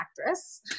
actress